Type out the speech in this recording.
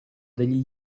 degli